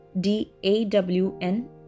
D-A-W-N